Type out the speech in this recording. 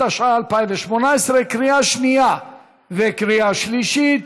התשע"ח 2018, קריאה שנייה וקריאה שלישית.